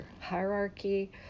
hierarchy